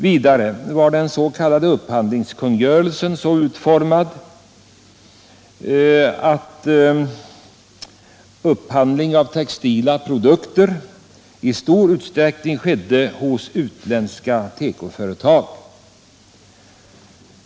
Vidare var den s.k. upphandlingskungörelsen så utformad, att upphandling av textila produkter i stor utsträckning skedde hos utländska tekoföretag.